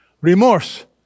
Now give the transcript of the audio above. Remorse